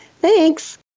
Thanks